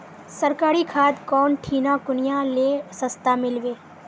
सरकारी खाद कौन ठिना कुनियाँ ले सस्ता मीलवे?